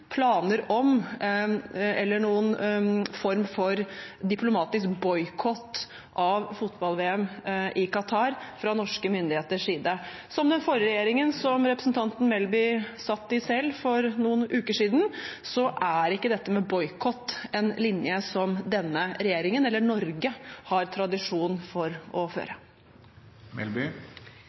planer om noen form for diplomatisk boikott av fotball-VM i Qatar fra norske myndigheters side. Som for den forrige regjeringen, som representanten Melby satt i selv for noen uker siden, er ikke dette med boikott en linje som denne regjeringen, eller Norge, har tradisjon for å